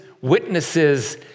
witnesses